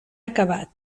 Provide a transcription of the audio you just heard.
acabat